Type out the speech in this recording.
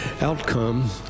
outcome